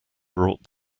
brought